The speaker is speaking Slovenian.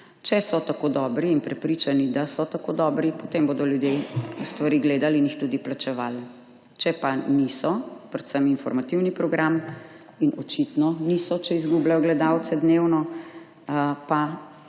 Če so tako dobri in prepričani, da so tako dobri, potem bodo ljudje stvari gledali in jih tudi plačevali. Če pa niso, predvsem informativni program, in očitno niso, če izgubljajo gledalce dnevno, pa